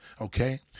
Okay